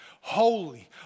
holy